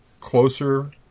closer